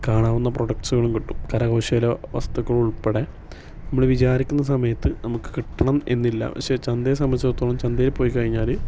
കാണാവുന്ന പ്രോഡക്ട്സ്കളും കിട്ടും കരകൗശല വസ്തുക്കളുൾ ഉൾപ്പടെ നമ്മള് വിചാരിക്കുന്ന സമയത്ത് നമക്ക് കിട്ടണം എന്നില്ല പക്ഷേ ചന്തയെ സംബന്ധിച്ചിടത്തോളം ചന്തയിൽ പോയി കഴിഞ്ഞാല്